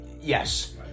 yes